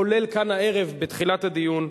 כולל כאן הערב בתחילת הדיון,